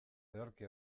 ederki